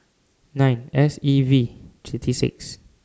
nine S E V thirty six